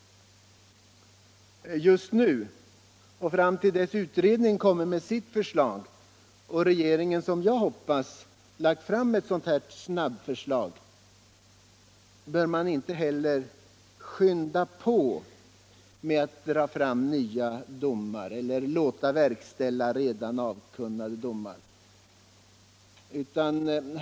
Just nu och fram till dess att utredningen kommit med sitt förslag och därefter regeringen — som jag hoppas — lagt fram ett snabbförslag bör man inte heller skynda sig med att dra fram nya domar eller låta verkställa redan avkunnade domar.